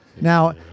now